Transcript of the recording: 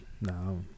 No